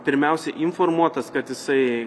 pirmiausia informuotas kad jisai